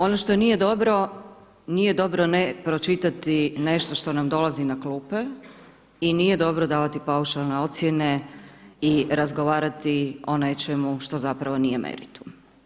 Ono što nije dobro, nije dobro ne pročitati, nešto što nam dolazi na klupe i nije dobro davati paušalne ocjene i razgovarati o nečemu što zapravo nije meritum.